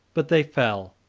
but they fell,